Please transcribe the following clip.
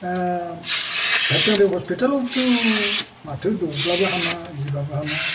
दा भेटेनारि हस्पिटालावबोथ' माथो दौब्लाबो हामा इरिबाबो हामा